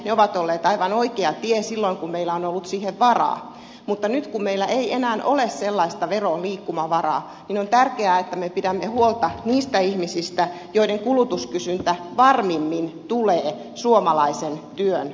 ne ovat olleet aivan oikea tie silloin kun meillä on ollut siihen varaa mutta nyt kun meillä ei enää ole sellaista veron liikkumavaraa on tärkeää että me pidämme huolta niistä ihmisistä joiden kulutuskysyntä varmimmin tulee suomalaisen työn tueksi